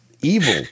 evil